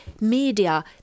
media